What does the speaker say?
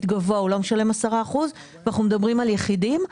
גבוה הוא לא משלם 10% ואנחנו מדברים על יחידים.